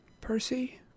Percy